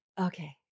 okay